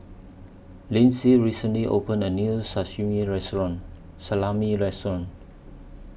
Linzy recently opened A New Saximi Restaurant Salami Restaurant